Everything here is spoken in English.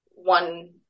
one